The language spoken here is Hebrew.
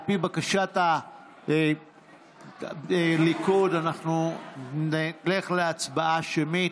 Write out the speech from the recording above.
על פי בקשת הליכוד, נלך להצבעה שמית.